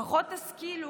לפחות תשכילו